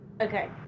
Okay